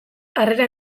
harrera